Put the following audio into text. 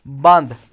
بنٛد